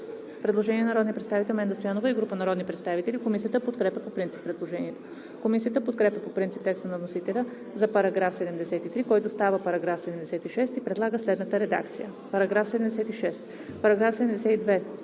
предложение на народния представител Менда Стоянова и група народни представители. Комисия подкрепя по принцип предложението. Комисията подкрепя по принцип текста на вносителя за § 73, който става § 76 и предлага следната редакция: „§ 76. Параграф 72,